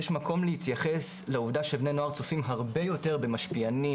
יש מקום להתייחס לעובדה שבני נוער צופים הרבה יותר במשפיענים,